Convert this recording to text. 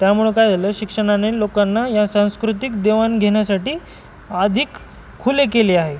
त्यामुळं काय झालं शिक्षणाने लोकांना या सांस्कृतिक देवाणघेण्यासाठी अधिक खुले केले आहे